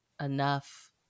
enough